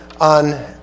on